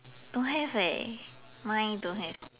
don't have leh mine don't have